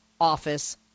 office